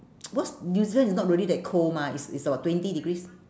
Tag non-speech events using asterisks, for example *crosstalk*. *noise* cause new zealand is not really that cold mah it's it's about twenty degrees